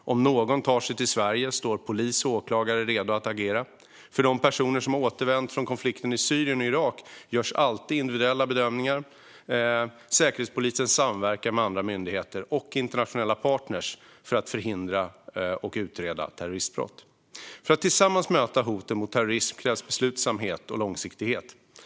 Om någon tar sig till Sverige står polis och åklagare redo att agera. För de personer som återvänt från konflikten i Syrien och Irak görs alltid individuella bedömningar. Säkerhetspolisen samverkar med andra myndigheter och internationella partner för att förhindra och utreda terroristbrott. För att tillsammans möta hoten från terrorism krävs beslutsamhet och långsiktighet.